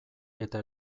eta